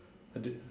I did